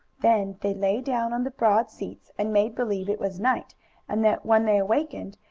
then they lay down on the broad seats and made believe it was night and that, when they awakened,